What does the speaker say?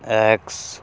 X